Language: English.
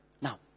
Now